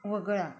वगळा